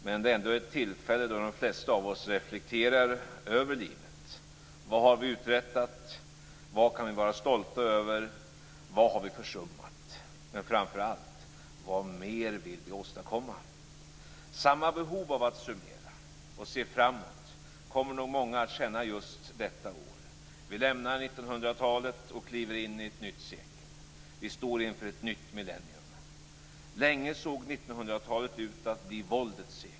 Men det är ändå ett tillfälle då de flesta av oss reflekterar över livet: Vad har vi uträttat? Vad kan vi vara stolta över? Vad har vi försummat? Men framför allt: Vad mer vill vi åstadkomma? Samma behov av att summera och se framåt kommer nog många att känna just detta år. Vi lämnar 1900-talet och kliver in i ett nytt sekel. Vi står inför ett nytt millennium. Länge såg 1900-talet ut att bli våldets sekel.